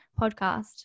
podcast